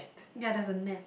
ya there's a net